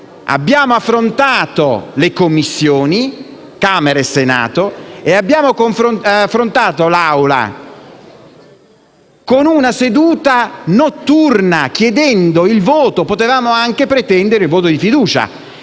Abbiamo affrontato le Commissioni di Camera e Senato e l'Assemblea con una seduta notturna, chiedendo il voto. Potevamo anche pretendere il voto di fiducia,